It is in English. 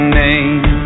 name